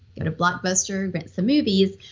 go to blockbuster, rent some movies,